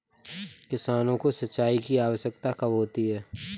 किसानों को सिंचाई की आवश्यकता कब होती है?